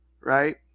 right